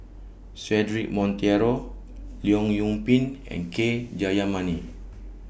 Cedric Monteiro Leong Yoon Pin and K Jayamani